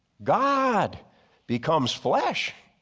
god becomes flesh.